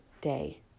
day